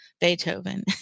beethoven